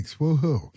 Woohoo